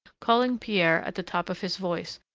calling pierre at the top of his voice,